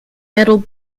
metal